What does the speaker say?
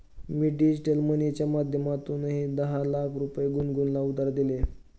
मी digital मनीच्या माध्यमातून दहा लाख रुपये गुनगुनला उधार दिले